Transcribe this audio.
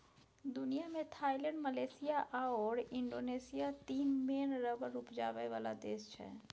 दुनियाँ मे Thailand, Malaysia आओर इंडोनेशिया तीन मेन रबर उपजाबै बला देश छै